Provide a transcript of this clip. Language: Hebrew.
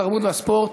התרבות והספורט